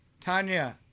Tanya